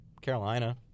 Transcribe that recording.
Carolina